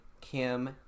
Kim